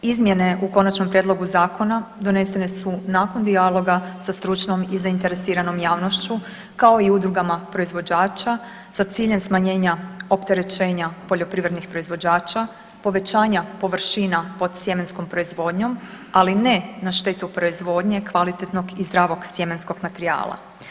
Izmjene u konačnom prijedlogu zakona donesene su nakon dijaloga sa stručnom i zainteresiranom javnošću kao i udrugama proizvođača sa ciljem smanjenja opterećenja poljoprivrednih proizvođača, povećanja površina pod sjemenskom proizvodnjom, ali ne na štetu proizvodnje kvalitetnog i zdravog sjemenskog materijala.